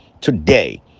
Today